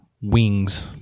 wings